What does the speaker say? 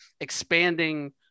expanding